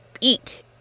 eat